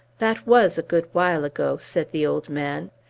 that was a good while ago, said the old man.